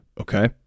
Okay